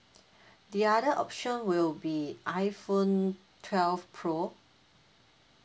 the other option will be iphone twelve pro